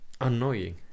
annoying